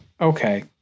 okay